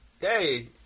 Hey